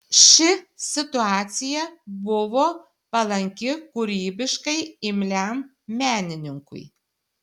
ši situacija buvo palanki kūrybiškai imliam menininkui